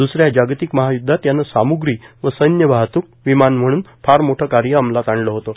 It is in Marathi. दुस या जागतिक महायुध्दात यानं सामुग्गी व सैन्य वाहतूक विमान म्हणून फार मोठं कार्य अंमलात आणलं होतं